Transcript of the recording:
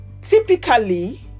typically